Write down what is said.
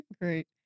Great